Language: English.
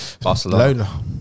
Barcelona